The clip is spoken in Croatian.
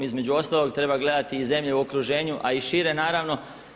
Između ostalog treba gledati i zemlje u okruženju a i šire naravno.